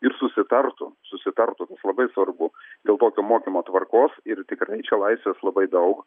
ir susitartų susitartų kas labai svarbu dėl tokio mokymo tvarkos ir tikrai čia laisvės labai daug